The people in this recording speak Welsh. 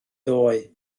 ddoe